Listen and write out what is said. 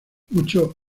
muchos